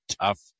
tough